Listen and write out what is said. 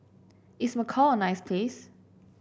is Macau a nice place